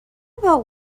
about